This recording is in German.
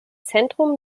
zentrum